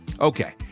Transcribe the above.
Okay